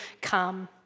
come